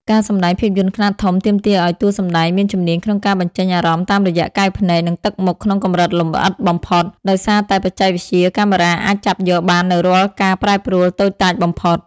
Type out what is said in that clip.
ការសម្ដែងភាពយន្តខ្នាតធំទាមទារឱ្យតួសម្ដែងមានជំនាញក្នុងការបញ្ចេញអារម្មណ៍តាមរយៈកែវភ្នែក និងទឹកមុខក្នុងកម្រិតលម្អិតបំផុត ដោយសារតែបច្ចេកវិទ្យាកាមេរ៉ាអាចចាប់យកបាននូវរាល់ការប្រែប្រួលតូចតាចបំផុត។